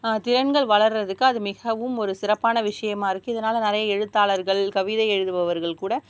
திறன்கள் வளர்கிறதுக்கு அது மிகவும் ஒரு சிறப்பான விஷயமாருக்கு இதனால் நிறைய எழுத்தாளர்கள் கவிதை எழுதுபவர்கள் கூட